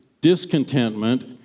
discontentment